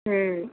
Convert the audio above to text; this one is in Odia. ହୁଁ